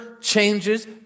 changes